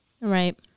Right